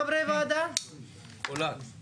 יש ערים בארץ שאין להם מועצה דתית,